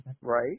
Right